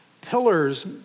Pillars